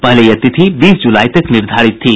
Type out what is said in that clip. पहले यह तिथि बीस जुलाई तक निर्धारित थी